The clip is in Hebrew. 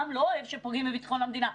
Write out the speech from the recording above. העם לא אוהב שפוגעים בביטחון המדינה,